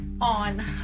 on